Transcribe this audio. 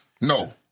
No